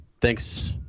thanks